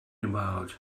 about